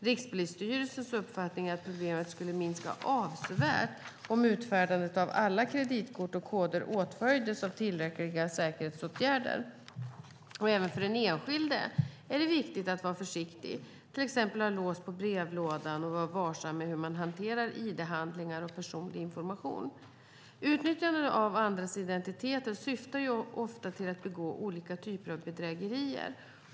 Rikspolisstyrelsens uppfattning är att problemet skulle minska avsevärt om utfärdandet av alla kreditkort och koder åtföljdes av tillräckliga säkerhetsåtgärder. Även för den enskilde är det viktigt att vidta försiktighetsåtgärder, såsom att ha lås på brevlådan och vara varsam med hur man hanterar ID-handlingar och personlig information. Utnyttjandet av andras identiteter syftar ofta till att begå olika typer av bedrägerier.